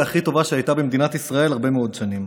הכי טובה שהייתה בישראל הרבה מאוד שנים,